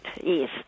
yes